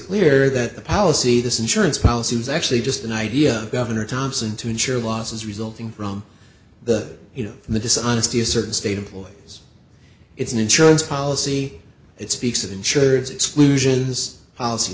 clear that the policy this insurance policy was actually just an idea governor thompson to ensure losses resulting from the you know the dishonesty of certain state employees it's an insurance policy it speaks of insurance exclusions policy